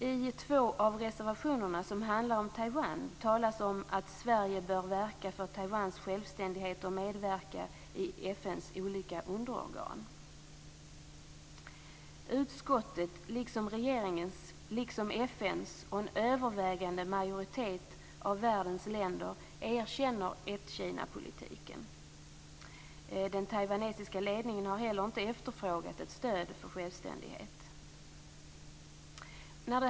I två reservationer som handlar om Taiwan talas om att Sverige bör verka för Taiwans självständighet och medverkan i FN:s olika underorgan. Utskottets liksom regeringens och FN:s majoritet och en övervägande majoritet av världens länder erkänner ett-Kina-politiken. Den taiwanesiska ledningen har inte heller efterfrågat ett stöd för självständighet.